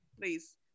please